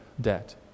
debt